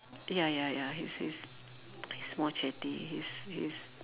ya ya ya he's he's he's more chatty he's he's